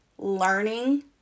Learning